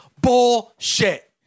Bullshit